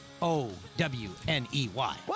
O-W-N-E-Y